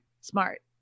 smart